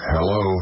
Hello